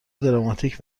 دراماتیک